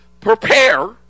prepare